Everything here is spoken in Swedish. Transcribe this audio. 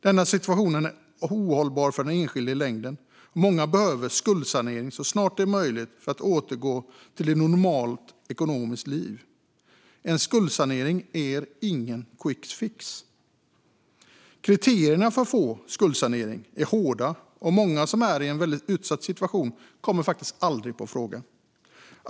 Denna situation är för den enskilde ohållbar i längden. Många behöver skuldsanering så snart det är möjligt för att kunna återgå till ett normalt ekonomiskt liv. Men skuldsanering är ingen quickfix. Kriterierna för att få skuldsanering är dessutom hårda. Många som är i en väldigt utsatt situation kommer faktiskt aldrig på fråga.